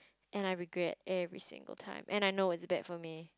and I regret every single time and I know it's bad for me